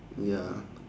ya